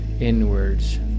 inwards